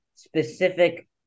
specific